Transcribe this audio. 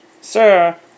Sir